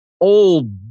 old